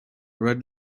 red